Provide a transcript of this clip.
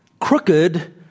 crooked